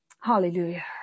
Hallelujah